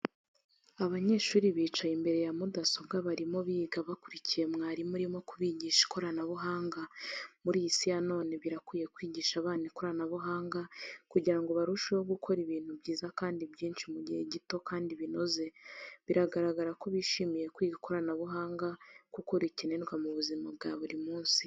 Abanyeshuri bicaye imbere ya mudasobwa barimo biga bakurikiye mwarimu urimo kubigisha ikoranabuhanga. Muri iyi si ya none, birakwiye kwigisha abana ikoranabuhanga kugira ngo barusheho gukora ibintu byiza kandi byinshi mu gihe gito kandi binoze. Biaragara ko bishimiye kwiga ikoranabuhanga kuko rikenerwa mu buzima bwa buri munsi.